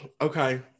Okay